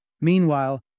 Meanwhile